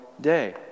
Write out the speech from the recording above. day